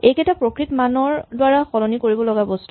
এইকেইটা প্ৰকৃত মানৰ দ্বাৰা সলনি হ'ব লগা বস্তু